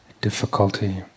Difficulty